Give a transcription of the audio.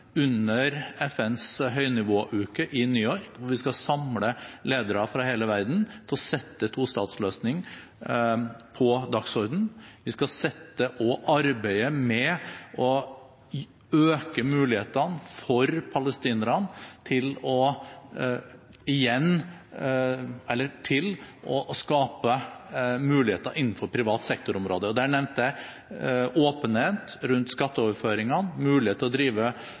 under FNs høynivåuke i New York, hvor vi skal samle ledere fra hele verden, til å sette tostatsløsning på dagsordenen. Vi skal arbeide med å øke mulighetene for palestinerne til å skape muligheter innenfor privat sektor-området, og der nevnte jeg åpenhet rundt skatteoverføringene, mulighet til å drive